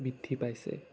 বৃদ্ধি পাইছে